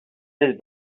this